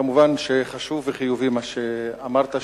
מובן שחשוב וחיובי מה שאמרת,